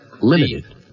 limited